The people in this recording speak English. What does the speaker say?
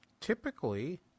Typically